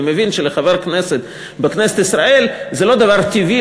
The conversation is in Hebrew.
אני מבין שלחבר הכנסת בכנסת ישראל זה לא דבר טבעי